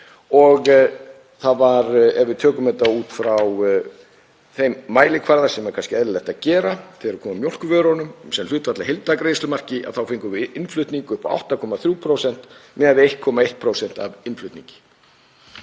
smæðar okkar. Ef við tökum þetta út frá þeim mælikvarða sem er kannski eðlilegt að gera þegar kemur mjólkurvörunum, sem hlutfall af heildargreiðslumarki, þá fengum við innflutning upp á 8,3% miðað við 1,1% af innflutningi.